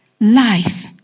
life